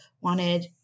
wanted